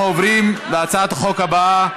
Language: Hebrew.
אנחנו עוברים להצעת החוק הבאה,